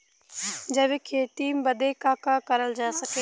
जैविक खेती बदे का का करल जा सकेला?